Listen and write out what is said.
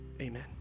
Amen